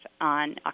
On